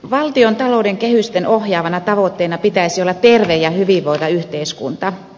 valtiontalouden kehysten ohjaavana tavoitteena pitäisi olla terve ja hyvinvoiva yhteiskunta